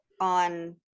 on